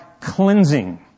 cleansing